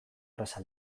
erraza